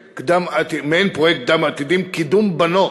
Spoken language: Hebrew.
מעין פרויקט קדם-עתידים: קידום בנות.